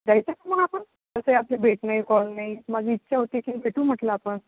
जायचं का मग आपण तसंही आपली भेट नाही कॉल नाही माझी इच्छा होती की भेटू म्हटलं आपण